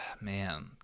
man